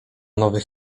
nowych